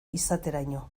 izateraino